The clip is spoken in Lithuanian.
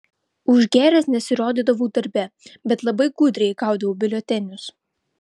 užgėręs nesirodydavau darbe bet labai gudriai gaudavau biuletenius